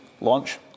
launch